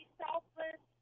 selfless